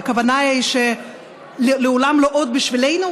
הכוונה היא שלעולם לא עוד בשבילנו,